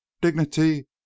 dignity